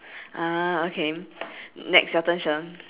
ah okay next your turn sher